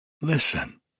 Listen